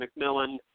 McMillan